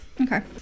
Okay